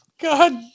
God